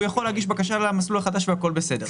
יכול להגיש בקשה למסלול החדש והכול בסדר.